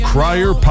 Crier